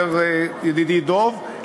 אומר ידידי דב,